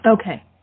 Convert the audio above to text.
Okay